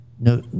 no